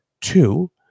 two